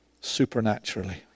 Supernaturally